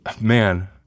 man